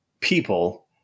people